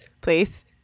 please